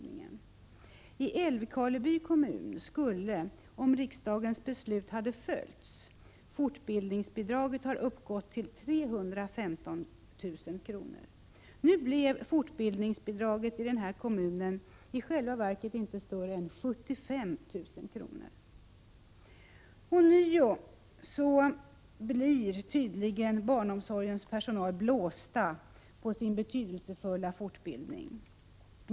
I Älvkarleby kommun skulle, om riksdagens beslut hade följts, fortbildningsbidraget ha uppgått till 315 000 kr. Nu blev fortbildningsbidraget i denna kommun i själva verket inte större än 75 000 kr. Ånyo blir tydligen barnomsorgens personal ”blåst” på sin betydelsefulla fortbildning.